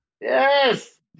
Yes